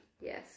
Yes